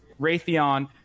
Raytheon